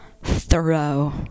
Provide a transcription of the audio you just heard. thorough